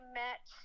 met